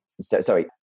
Sorry